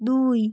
দুই